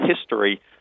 history